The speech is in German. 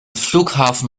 flughafen